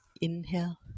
inhale